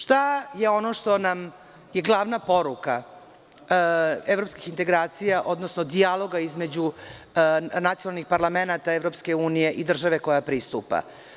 Šta je ono što nam je glavna poruka evropskih integracija, odnosno dijaloga između nacionalnih parlamenata EU i države koja pristupa?